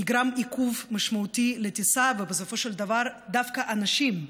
נגרם עיכוב משמעותי לטיסה ובסופו של דבר דווקא הנשים,